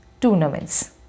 tournaments